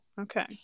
Okay